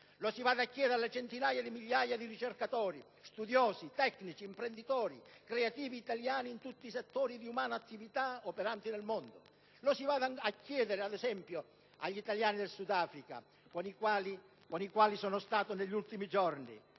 Lo si vada a chiedere alle centinaia di migliaia di ricercatori, studiosi, tecnici, imprenditori, creativi italiani in tutti i settori di umana attività operanti nel mondo. Lo si vada a chiedere, ad esempio, agli italiani del Sudafrica, con i quali sono stato negli ultimi giorni,